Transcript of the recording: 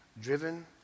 driven